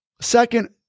Second